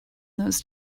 those